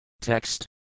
Text